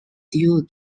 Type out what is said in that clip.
due